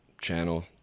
channel